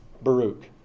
Baruch